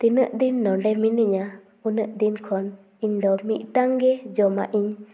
ᱛᱤᱱᱟᱹᱜ ᱫᱤᱱ ᱱᱚᱸᱰᱮ ᱢᱤᱱᱟᱹᱧᱟ ᱩᱱᱟᱹᱜ ᱫᱤᱱ ᱠᱷᱚᱱ ᱤᱧᱫᱚ ᱢᱤᱫᱴᱟᱝ ᱜᱮ ᱡᱚᱢᱟᱜ ᱤᱧ